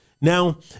Now